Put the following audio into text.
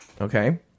Okay